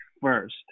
first